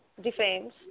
Defames